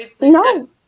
no